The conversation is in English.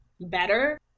better